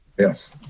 Yes